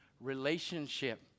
relationship